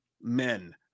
men